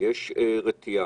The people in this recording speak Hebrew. יש רתיעה.